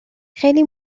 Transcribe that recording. خیلی